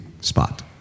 spot